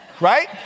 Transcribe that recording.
right